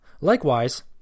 Likewise